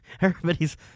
Everybody's